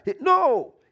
No